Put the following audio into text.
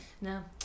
No